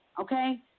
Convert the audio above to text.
okay